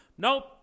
Nope